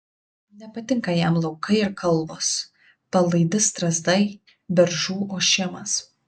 nepatinka jam laukai ir kalvos palaidi strazdai beržų ošimas